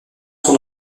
son